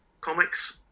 Comics